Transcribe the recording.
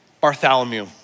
Bartholomew